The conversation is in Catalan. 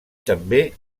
també